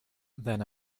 then